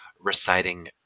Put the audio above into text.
reciting